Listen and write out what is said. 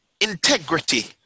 integrity